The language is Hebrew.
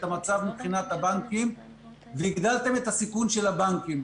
המצב לבנקים והגדלתם את הסיכון של הבנקים.